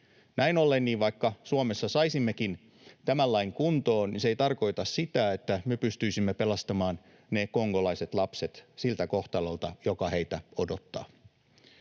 Näin ollen, vaikka Suomessa saisimmekin tämän lain kuntoon, se ei tarkoita sitä, että me pystyisimme pelastamaan kongolaiset lapset siltä kohtalolta, joka heitä odottaa.